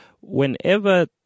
whenever –